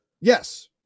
yes